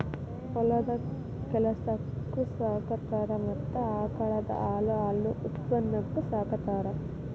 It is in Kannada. ಹೊಲದ ಕೆಲಸಕ್ಕು ಸಾಕತಾರ ಮತ್ತ ಆಕಳದ ಹಾಲು ಹಾಲಿನ ಉತ್ಪನ್ನಕ್ಕು ಸಾಕತಾರ